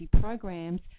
programs